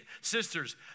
sisters